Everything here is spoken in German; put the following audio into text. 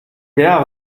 der